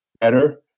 better